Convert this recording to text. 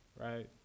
right